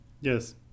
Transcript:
yes